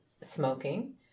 smoking